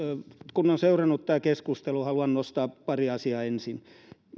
kun olen seurannut tätä keskustelua haluan nostaa pari asiaa ensin